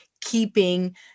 keeping